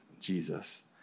Jesus